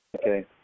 Okay